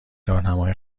راهنمای